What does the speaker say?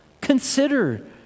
Consider